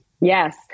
Yes